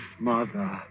Mother